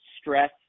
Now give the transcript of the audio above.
stress